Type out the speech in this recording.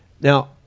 now